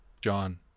John